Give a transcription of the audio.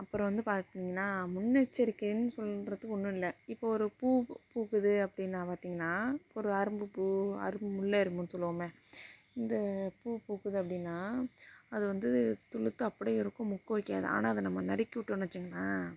அப்புறம் வந்து பார்த்திங்கன்னா முன்னெச்சரிக்கைன்னு சொல்கிறத்துக்கு ஒன்றும் இல்லை இப்போது ஒரு பூ பூக்குது அப்படின்னா பார்த்திங்கன்னா ஒரு அரும்புப்பூ அரும் முல்லை அரும்புன்னு சொல்லுவோமே இந்த பூப்பூக்குது அப்படின்னா அது வந்து துளுர்த்து அப்படியே இருக்கும் மொக்கு வைக்காது ஆனால் அதை நம்ம நறுக்கி விட்டோன்னு வச்சுங்களேன்